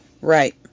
Right